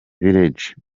village